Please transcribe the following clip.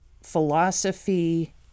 philosophy